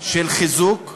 של חיזוק,